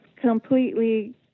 completely